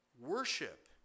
Worship